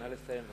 נא לסיים.